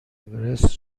اورست